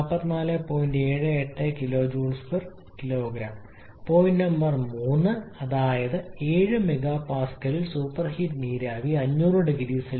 78 𝑘𝐽 kg point number 3 അതായത് 7 എംപിഎയിൽ superheat നീരാവി 500 0 സി